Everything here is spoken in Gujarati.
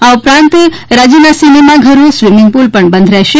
આ ઉપરાંત રાજયના સિનેમા ઘરો સ્વીમીંગ પુલ પણ બંધ રહેશે